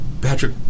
Patrick